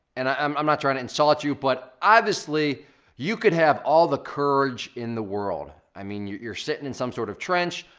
and i'm i'm not trying to insult you, but obviously you could have all the courage in the world. i mean, you're sitting in some sort of trench,